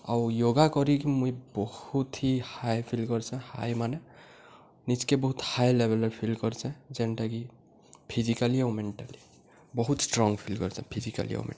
ଆଉ ୟୋଗା କରିକି ମୁଇଁ ବହୁତ୍ ହିଁ ହାଏ ଫିଲ୍ କରିଚେଁ ହାଇ ମାନେ ନିଜ୍କେ ବହୁତ୍ ହଏ ଲେଭେଲ୍ରେ ଫିଲ୍ କରିଚେଁ ଯେନ୍ଟାକି ଫିଜିକାଲି ଆଉ ମେଣ୍ଟାଲି ବହୁତ୍ ଷ୍ଟ୍ରଙ୍ଗ୍ ଫିଲ୍ କରିଚେ ଫିଜିକାଲି ଆଉ ମେଣ୍ଟାଲି